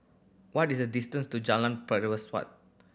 what is the distance to Jalan